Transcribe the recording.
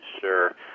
sure